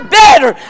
better